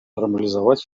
нормализовать